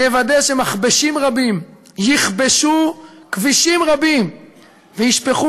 נוודא שמכבשים רבים יכבשו כבישים רבים וישפכו